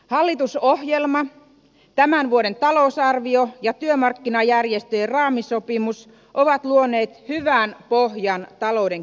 hallitusohjelma tämän vuoden talousarvio ja työmarkkinajärjestöjen raamisopimus ovat luoneet hyvän pohjan talouden kehitykselle